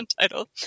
title